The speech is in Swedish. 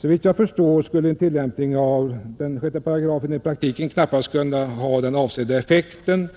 Såvitt jag förstår skulle tillämpningen av den i praktiken knappast ha den avsedda effekten.